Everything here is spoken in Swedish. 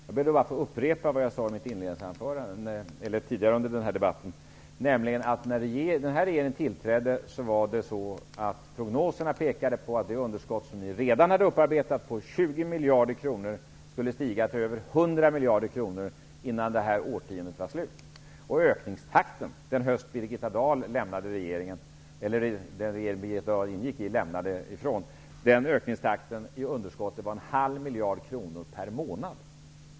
Jag ber att få upprepa vad jag sade tidigare under den här debatten, nämligen att när den här regeringen tillträdde pekade prognoserna på att det underskott som ni redan hade upparbetat på 20 miljarder kronor skulle stiga till över 100 miljarder kronor innan det här årtiondet var slut. Ökningstakten i underskottet den höst då den regering Birgitta Dahl ingick i avgick var en halv miljard kronor per månad.